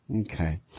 Okay